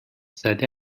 زده